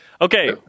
Okay